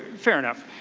fair enough.